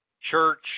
church